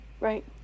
Right